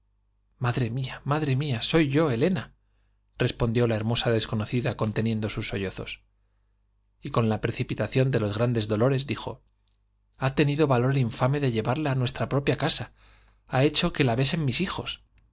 madre mía i j madre mía j soy yo la hermosa desconocida conteniendo respondió sus sollozos y la con precipitación de los grandes dolores dijo j ha tenido valor el infame de llevarla á nuestra propia casa ha hecho que la besen mis hijos